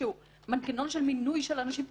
איזשהו מנגנון של מינוי של אנשים פוליטיים,